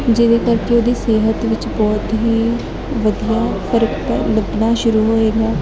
ਜਿਹਦੇ ਕਰਕੇ ਉਹਦੀ ਸਿਹਤ ਵਿੱਚ ਬਹੁਤ ਹੀ ਵਧੀਆ ਫਰਕ ਲੱਗਣਾ ਸੁਰੂ ਹੋਏਗਾ